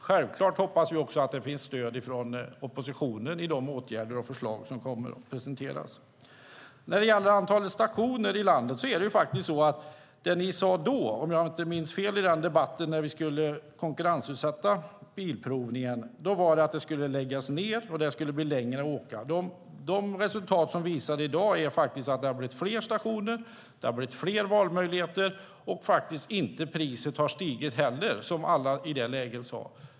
Självklart hoppas vi på stöd från oppositionen för åtgärder och förslag som kommer att presenteras. Ni sade i debatten om konkurrensutsättning av bilprovningen att om stationer läggs ned ute i landet blir det längre färdvägar. Resultaten i dag visar att det har blivit fler stationer, fler valmöjligheter och att priset inte har stigit.